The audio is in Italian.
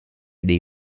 dei